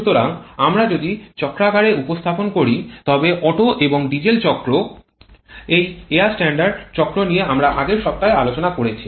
সুতরাং আমরা যদি চক্রাকারে উপস্থাপন করি তবে ওটো এবং ডিজেল চক্র এই এয়ার স্ট্যান্ডার্ড চক্র নিয়ে আমরা আগের সপ্তাহে আলোচনা করেছি